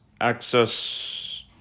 access